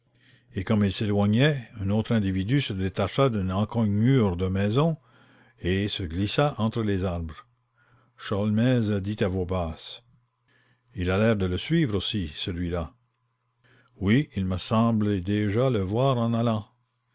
et comme il s'éloignait un autre individu se détacha d'une encoignure de maison et se glissa entre les arbres sholmès dit à voix basse il a l'air de suivre bresson celui-là oui il m'a semblé déjà le voir en allant